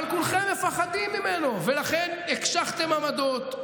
אבל כולכם מפחדים ממנו, ולכן הקשחתם עמדות,